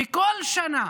וכל שנה,